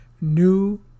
new